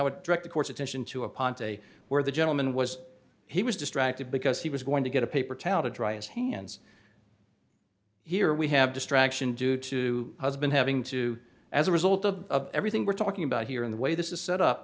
would direct the court's attention to aponte where the gentleman was he was distracted because he was going to get a paper towel to dry his hands here we have distraction due to husband having to as a result of everything we're talking about here in the way this is set up